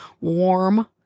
warm